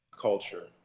culture